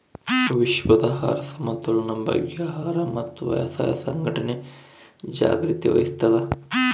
ವಿಶ್ವದ ಆಹಾರ ಸಮತೋಲನ ಬಗ್ಗೆ ಆಹಾರ ಮತ್ತು ವ್ಯವಸಾಯ ಸಂಘಟನೆ ಜಾಗ್ರತೆ ವಹಿಸ್ತಾದ